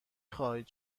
خواهید